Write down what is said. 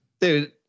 Dude